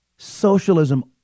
socialism